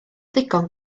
ddigon